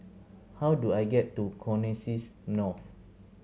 how do I get to Connexis North